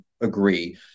agree